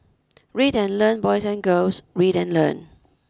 read and learn boys and girls read and learn